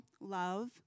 love